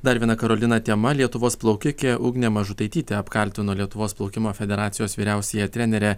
dar viena karolina tema lietuvos plaukikė ugnė mažutaitytė apkaltino lietuvos plaukimo federacijos vyriausiąją trenerę